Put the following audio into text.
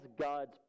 God's